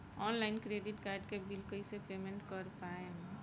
Online credit card के bill कइसे payment कर पाएम?